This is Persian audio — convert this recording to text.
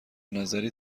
نظری